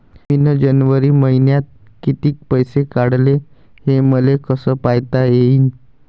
मिन जनवरी मईन्यात कितीक पैसे काढले, हे मले कस पायता येईन?